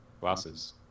Glasses